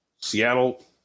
Seattle